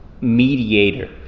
mediator